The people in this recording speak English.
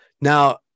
Now